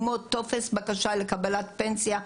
כמו טופס בקשה לבקשת פנסיה,